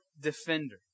defender